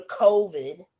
COVID